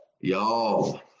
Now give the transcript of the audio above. Y'all